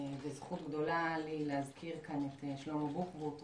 זו זכות גדולה עבורי להזכיר כאן את שלמה בוחבוט,